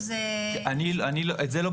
אני לא יודע את זה.